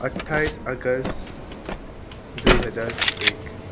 अ्ट्ठाइस अगस्त दुई हजार एक